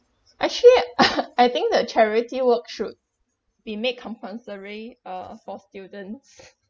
actually I think that charity work should be made compulsory uh for students